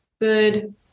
good